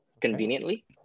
conveniently